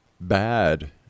bad